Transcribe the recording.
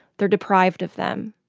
they're deprived of them